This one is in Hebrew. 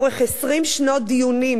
לאורך 20 שנות דיונים,